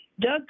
Doug